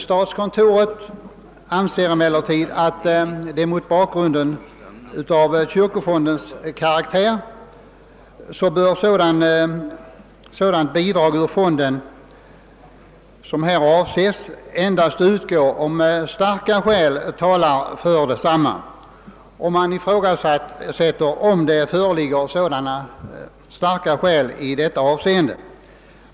Statskontoret anser emellertid, att mot bakgrunden av kyrkofondens karaktär bör sådant bidrag ur fonden som här avses endast utgå om starka skäl talar för detsamma. Man ifrågasätter om det föreligger sådana starka skäl i detta avseende.